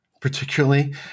particularly